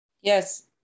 yes